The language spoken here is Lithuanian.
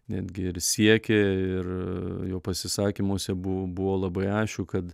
netgi ir siekė ir jo pasisakymuose bū buvo labai aišku kad